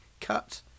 cut